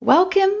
Welcome